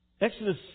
Exodus